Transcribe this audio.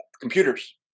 computers